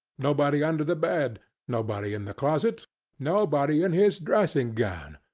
nobody under the bed nobody in the closet nobody in his dressing-gown,